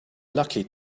lucky